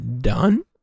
done